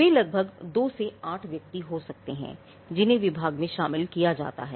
वे लगभग 2 से 8 व्यक्ति हो सकते हैं जिन्हें विभाग में शामिल किया जाता है